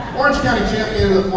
orange county champion in